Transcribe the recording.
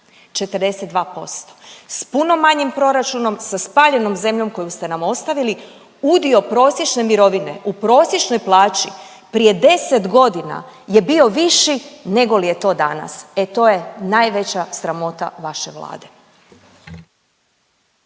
42%. S puno manjim proračunom, sa spaljenom zemljom koju ste nam ostavili udio prosječne mirovine u prosječnoj plaći prije 10 godina je bio viši nego li je to danas. E to je najveća sramota vaše Vlade.